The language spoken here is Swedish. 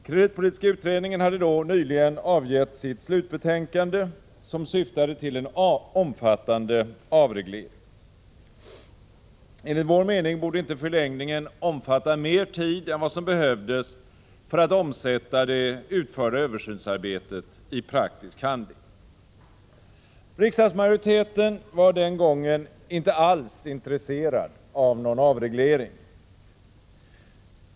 Kreditpolitiska utredningen hade då nyligen avgett sitt slutbetänkande, som syftade till en omfattande avreglering. Enligt vår mening borde inte förlängningen omfatta mer tid än vad som behövdes för att omsätta det utförda översynsarbetet i praktisk handling. Riksdagsmajoriteten var den gången inte alls intresserad av någon avreglering.